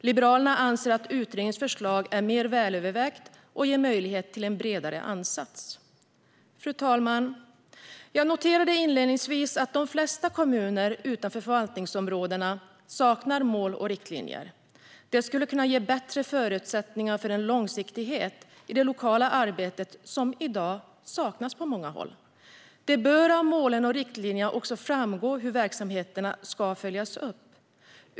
Liberalerna anser att utredningens förslag är mer välövervägt och ger möjlighet till en bredare ansats. Fru talman! Jag noterade inledningsvis att de flesta kommuner utanför förvaltningsområdena saknar mål och riktlinjer. Sådana skulle kunna ge bättre förutsättningar för den långsiktighet i det lokala arbetet som i dag saknas på många håll. Det bör av målen och riktlinjerna också framgå hur verksamheten ska följas upp.